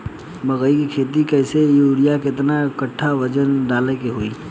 मकई के खेती कैले बनी यूरिया केतना कट्ठावजन डाले के होई?